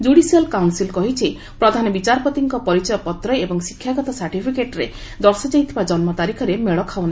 judicial council କହିଛି ପ୍ରଧାନ ବିଚାରପତିଙ୍କ ପରିଚୟ ପତ୍ର ଏବଂ ଶିକ୍ଷାଗତ ସାର୍ଟିଫିକେଟ୍ରେ ଦର୍ଶାଯାଇଥିବା ଜନ୍ନୁ ତାରିଖରେ ମେଳ ଖାଉ ନାହିଁ